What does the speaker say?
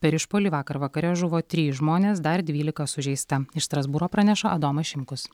per išpuolį vakar vakare žuvo trys žmonės dar dvylika sužeista iš strasbūro praneša adomas šimkus